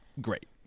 great